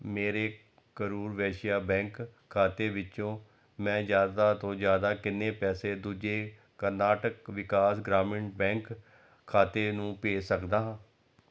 ਮੇਰੇ ਕਰੂਰ ਵੈਸ਼ਿਆ ਬੈਂਕ ਖਾਤੇ ਵਿੱਚੋ ਮੈਂ ਜ਼ਿਆਦਾ ਤੋਂ ਜ਼ਿਆਦਾ ਕਿੰਨੇ ਪੈਸੇ ਦੂਜੇ ਕਰਨਾਟਕ ਵਿਕਾਸ ਗ੍ਰਾਮੀਣ ਬੈਂਕ ਖਾਤੇ ਨੂੰ ਭੇਜ ਸੱਕਦਾ ਹਾਂ